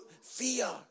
Fear